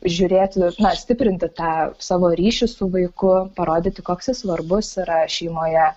žiūrėti stiprinti tą savo ryšį su vaiku parodyti koks jis svarbus yra šeimoje